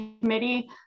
Committee